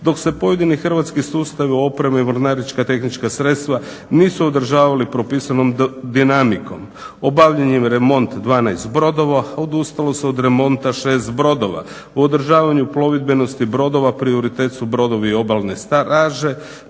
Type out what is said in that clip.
dok se pojedini hrvatski sustavi opreme i mornarička i tehnička sredstva nisu održavali propisanom dinamikom. Obavljen je remont 12 brodova. Odustalo se od remonta 6 brodova. U održavanju plovidbenosti brodova prioritet su brodovi Obalne straže,